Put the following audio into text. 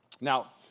Now